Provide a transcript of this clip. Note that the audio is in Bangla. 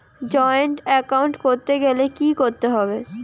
জয়েন্ট এ্যাকাউন্ট করতে গেলে কি করতে হবে?